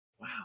Wow